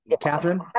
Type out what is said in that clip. Catherine